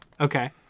Okay